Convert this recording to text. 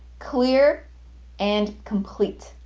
clear and complete.